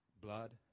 Blood